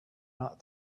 not